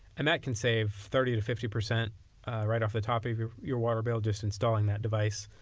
and that can save thirty to fifty percent right off the top of your your water bill, just installing that device,